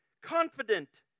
confident